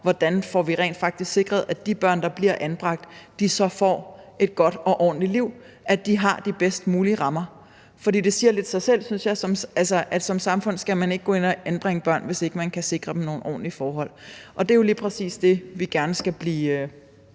hvordan vi rent faktisk får sikret, at de børn, der bliver anbragt, får et godt og ordentligt liv, at de har de bedst mulige rammer, fordi det siger lidt sig selv, synes jeg, at som samfund skal man ikke gå ind at anbringe børn, hvis man ikke kan sikre dem nogle ordentlige forhold. Det er jo lige præcis det, vi gerne skal blive